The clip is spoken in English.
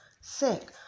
sick